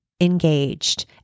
engaged